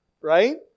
right